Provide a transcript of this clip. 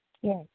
Yes